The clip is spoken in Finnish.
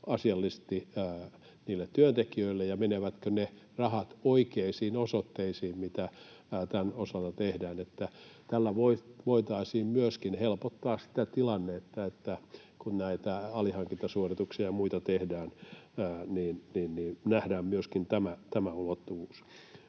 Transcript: asiallisesti niille työntekijöille ja menevätkö ne rahat oikeisiin osoitteisiin, mitä tämän osalta tehdään. Tällä voitaisiin myöskin helpottaa sitä tilannetta, että kun näitä alihankintasuorituksia ja muita tehdään, niin nähdään myöskin tämä ulottuvuus.